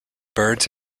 birds